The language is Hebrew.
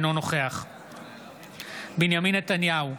אינו נוכח בנימין נתניהו,